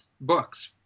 books